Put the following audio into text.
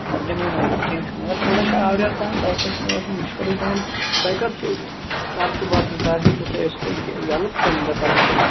اَتھ دِمو نَظر کیٚنٛہہ چھُنہٕ مگر تھوڑا چھُ اَز آوریر پَہَم تَوٕ سببہٕ چھُ مےٚ باسان مُشکِلٕے پَہَم چھُ تۄہہِ کَر چھُ کَر چھُ باسان کَر ہیٚکِو تُہۍ ٲسِتھ یَلہٕ تَمہِ دۄہ کَرٕ بہٕ کوٗشِش